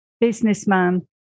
businessman